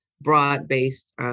broad-based